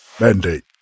Mandate